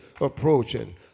approaching